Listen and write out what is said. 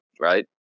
right